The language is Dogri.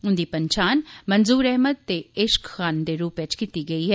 उंदी पन्छान मन्जूर अहमद ते इशक खान दे रूपै च कीती गेई ऐ